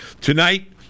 tonight